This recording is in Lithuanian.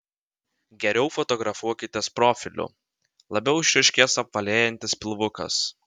geriau fotografuokitės profiliu labiau išryškės apvalėjantis pilvukas